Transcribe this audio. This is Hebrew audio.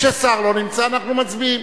כששר לא נמצא אנחנו מצביעים.